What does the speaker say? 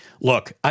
Look